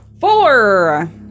Four